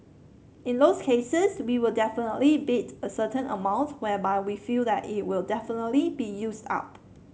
in those cases we will definitely bid a certain amount whereby we feel that it will definitely be used up